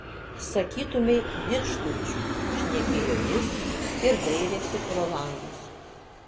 sakytumei didžturčių šnekėjo jis ir dairėsi pro langus